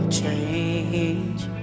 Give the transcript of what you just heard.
change